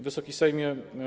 Wysoki Sejmie!